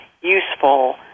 useful